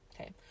Okay